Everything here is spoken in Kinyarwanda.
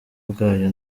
bwayo